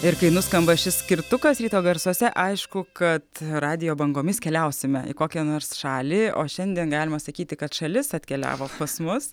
ir kai nuskamba šis skirtukas ryto garsuose aišku kad radijo bangomis keliausime į kokią nors šalį o šiandien galima sakyti kad šalis atkeliavo pas mus